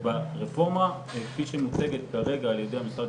וברפורמה כפי שהיא מוצגת כרגע על ידי המשרד